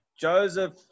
Joseph